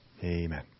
Amen